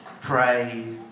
pray